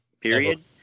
period